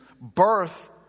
Birth